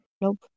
Nope